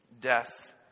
death